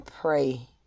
pray